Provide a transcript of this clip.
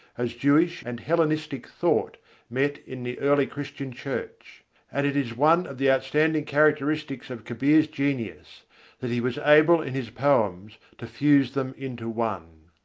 as jewish and hellenistic thought met in the early christian church and it is one of the outstanding characteristics of kabir's genius that he was able in his poems to fuse them into one.